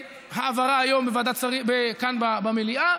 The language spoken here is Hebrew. מכאן והלאה,